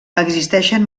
existeixen